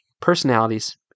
personalities